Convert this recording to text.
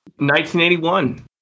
1981